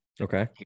Okay